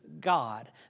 God